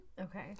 Okay